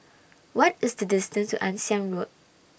What IS The distance to Ann Siang Road